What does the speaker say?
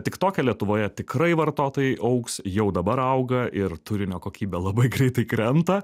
tiktoke lietuvoje tikrai vartotojai augs jau dabar auga ir turinio kokybė labai greitai krenta